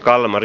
kalmar